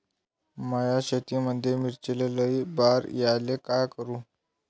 माया शेतामंदी मिर्चीले लई बार यायले का करू?